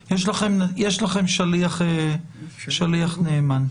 יש לכם שליח נאמן.